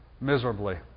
miserably